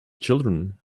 children